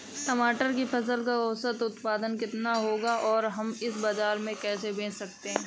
टमाटर की फसल का औसत उत्पादन कितना होगा और हम इसे बाजार में कैसे बेच सकते हैं?